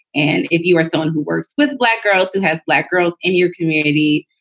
and if you are someone who works with black girls, who has black girls in your community,